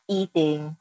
eating